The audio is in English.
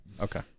Okay